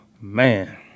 Man